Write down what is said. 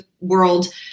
world